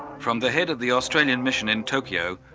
from the head of the australian mission in tokyo,